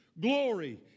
glory